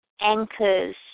anchors